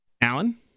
Alan